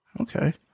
Okay